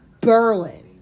Berlin